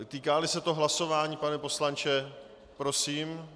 Týkáli se to hlasování, pane poslanče, prosím.